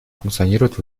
функционирует